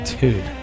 Dude